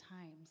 times